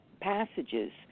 passages